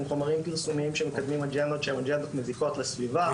חומרים פרסומיים שמקדמים אג'נדות שהן אג'נדות מזיקות לסביבה,